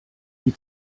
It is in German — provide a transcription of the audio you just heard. die